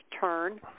turn